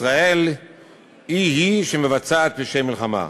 ישראל היא-היא שמבצעת פשעי מלחמה,